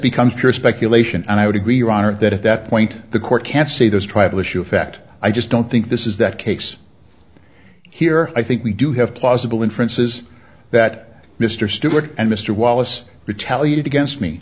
becomes pure speculation and i would agree your honor that at that point the court can see this tribal issue affect i just don't think this is that cakes here i think we do have plausible inferences that mr stewart and mr wallace retaliated against me